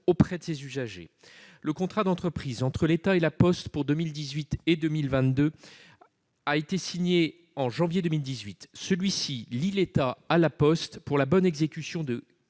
aux usagers. Le contrat d'entreprise entre l'État et La Poste pour 2018-2022 a été signé en janvier 2018. Celui-ci lie l'État à La Poste pour la bonne exécution des